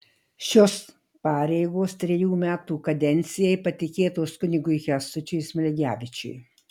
šios pareigos trejų metų kadencijai patikėtos kunigui kęstučiui smilgevičiui